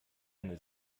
eine